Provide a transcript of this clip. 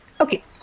Okay